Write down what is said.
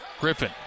Griffin